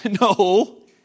No